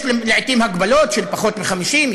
יש לעתים הגבלות: פחות מ-50,